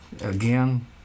Again